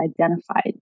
identified